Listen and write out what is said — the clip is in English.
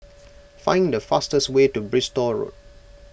find the fastest way to Bristol Road